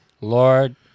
Lord